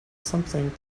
something